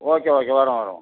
okay okay வரோம் வரோம்